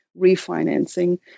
refinancing